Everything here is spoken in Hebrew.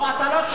לא, אתה לא שומע.